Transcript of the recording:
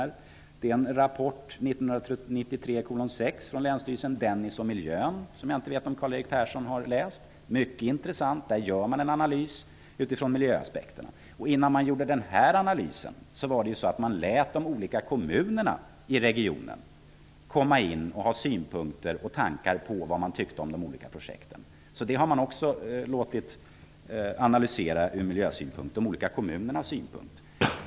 Rapporten 1993:6 från länsstyrelsen kallas Dennis och Miljön. Jag vet inte om Karl-Erik Persson har läst den. Den är mycket intressant. I den görs en analys utifrån miljöaspekterna. Innan denna analys gjordes lät man de olika kommunerna i regionen få komma med synpunkter och tankar om de olika projekten. De olika kommunernas synpunkter har alltså också analyserats från miljösynpunkt.